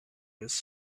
his